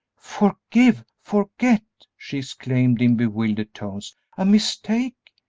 forgive! forget! she exclaimed, in bewildered tones a mistake?